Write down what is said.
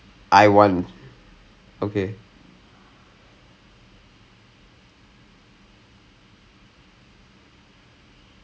the I want that's all I can say the பொண்ணு:ponnu and the opposite person only they can only say I don't want err no not I don't want don't want